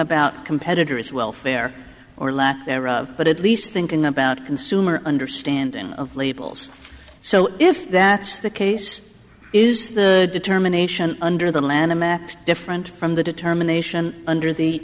about competitors welfare or lack thereof but at least thinking about consumer understanding of labels so if that's the case is the determination under the lanham act different from the determination under the